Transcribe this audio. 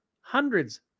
Hundreds